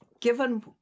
given